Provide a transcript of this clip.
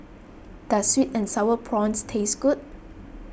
does Sweet and Sour Prawns taste good